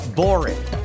boring